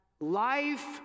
life